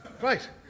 Right